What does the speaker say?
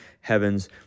heavens